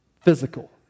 physical